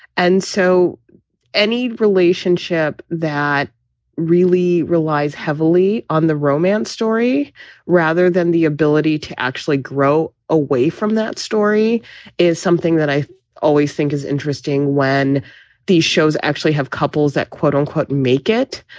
and so any relationship that really relies heavily on the romance story rather than the ability to actually grow away from that story is something that i always think is interesting when these shows actually have couples that, quote unquote, make it.